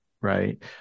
right